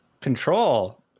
control